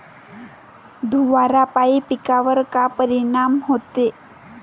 धुवारापाई पिकावर का परीनाम होते?